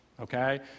Okay